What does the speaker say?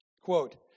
Quote